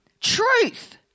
truth